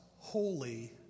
holy